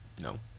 No